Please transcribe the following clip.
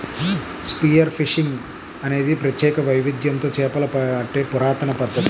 spear fishing అనేది ప్రత్యేక వైవిధ్యంతో చేపలు పట్టే పురాతన పద్ధతి